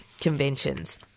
conventions